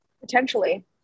Potentially